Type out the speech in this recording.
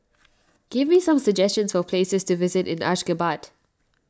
give me some suggestions for places to visit in Ashgabat